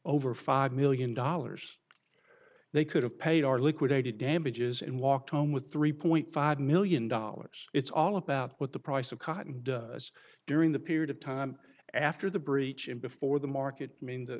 over five million dollars they could have paid our liquidated damages and walked home with three point five million dollars it's all about what the price of cotton does during the period of time after the breach in before the market mean the